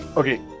Okay